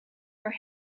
her